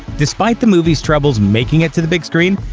despite the movie's troubles making it to the big screen,